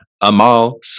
Amal